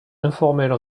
informelle